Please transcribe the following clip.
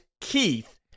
Keith